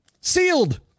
Sealed